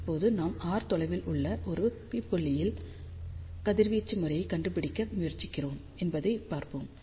இப்போது நாம் r தொலைவில் உள்ள ஒரு p புள்ளியில் கதிர்வீச்சு முறையைக் கண்டுபிடிக்க முயற்சிக்கிறோம் என்பதைப் பார்ப்போம்